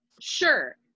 sure